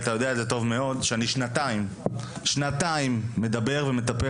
אתה יודע טוב מאוד ששנתיים אני מדבר ומטפל